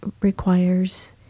requires